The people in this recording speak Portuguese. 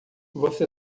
você